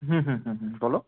হুঁ হুঁ হুঁ হুঁ বলো